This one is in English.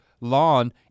lawn